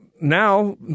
now